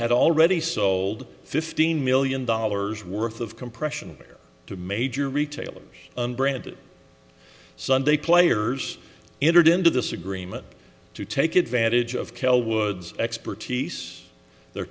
had already sold fifteen million dollars worth of compression their two major retailers and branded sunday players entered into this agreement to take advantage of cal wood's expertise the